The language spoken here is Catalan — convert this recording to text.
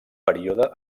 període